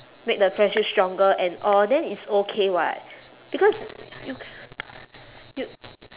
make the friendship stronger and all then it's okay [what] because you c~ you